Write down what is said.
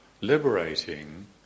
liberating